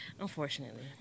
Unfortunately